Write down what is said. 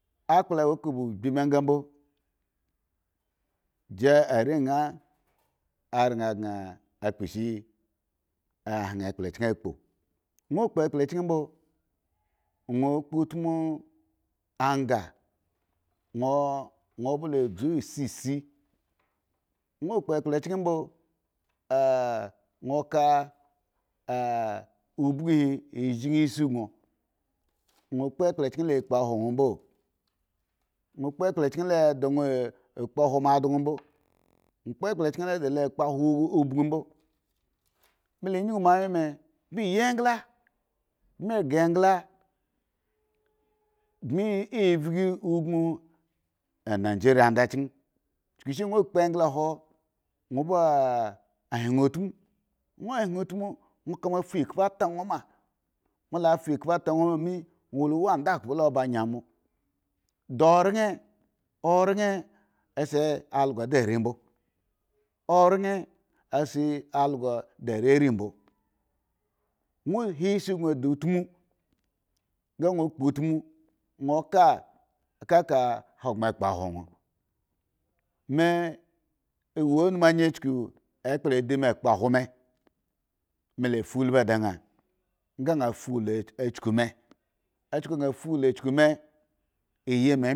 Akplawo eka ba ogbi mi ga bbo ji are nga aran ghre gan kpo shi a hwan akplo chen akpo wa kpo akpla chen ombo, won kpo utmu anga won balo dzu sisi won kpo akpla chan mbo obon ba zhin isi gon won kpo akapla chen lakpo hwo wonmbo kpla chen ladalo a kpo hwo mo adon mbo elepla chen laba lo kpo hewo obin mbo me yun yonmo anwye me mbi ye engla mbi ghre eugla mbi yi evgi ogun vigeria ada chen won kpo angla who woh ba hwen utmu wonka mo fatekpo te won ma won kamo lafa ekpo ta won ma won lawo andakubo mbo bala bala agi mo da oren oren se algo a de are nbo oren ase algo da are ari mbo won he si gon de utmu won ka kaka ahagra akpo awo won me awo unumu ayi cuku ekpla adime akpo hwo me melafa ulbi di an ng a an fa ulu chuku me